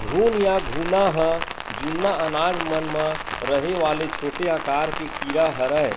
घुन या घुना ह जुन्ना अनाज मन म रहें वाले छोटे आकार के कीरा हरयए